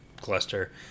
cluster